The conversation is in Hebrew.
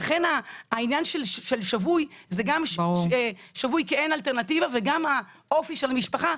ולכן העניין של שבוי זה גם שבוי כי אין אלטרנטיבה וגם האופי של המשפחה,